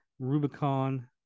Rubicon